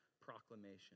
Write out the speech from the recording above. proclamation